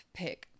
pick